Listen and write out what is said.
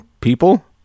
people